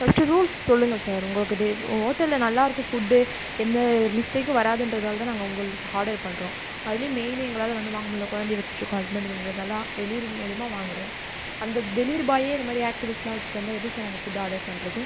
first rules சொல்லுங்க sir உங்களுக்கு day உங்கள் ஹோட்டலில் நல்லாருக்கும் ஃபுட் எந்த மிஸ்டேக்கும் வராதுன்றதால் தான் நாங்கள் உங்களுக்கு ஹாடர் பண்ணுறோம் அதில் மெயின் எங்களால் வந்து வாங்க முடில்ல குழந்தைய வச்சுட்ருக்கோம் ஹஸ்பண்ட் இல்லாததால் தான் டெலிவரி மூலியமா வாங்கறோம் அந்த டெலிவரி பாய்யே இதை மாதிரி ஆக்டிவிட்ஸ்லாம் வச்சிட்டு வந்தால் எப்படி சார் நாங்கள் ஃபுட் ஆர்டர் பண்ணுறது